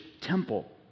temple